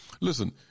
listen